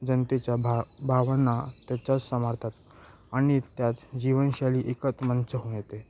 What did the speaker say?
जनतेच्या भा भावना त्याच्याच समारतात आणि त्यात जीवनशैली एकत मंच होऊन येते